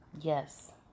Yes